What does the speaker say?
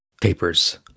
papers